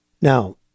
Now